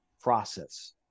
process